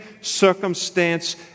circumstance